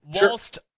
whilst